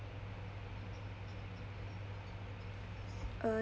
uh